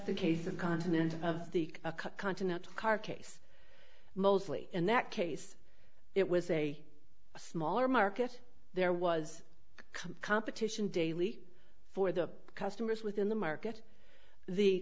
the case of continent of the a continent carcase mostly in that case it was a smaller market there was competition daily for the customers within the market the